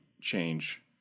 change